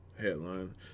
headline